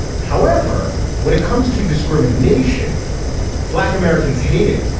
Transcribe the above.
however when it comes to discrimination black americans hate it.